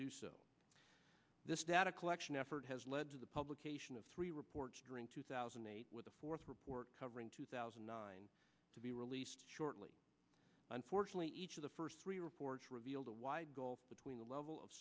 do so this data collection effort has led to the publication of three reports during two thousand and eight with a fourth report covering two thousand and nine to be released shortly unfortunately each of the first three reports revealed a wide gulf between the level of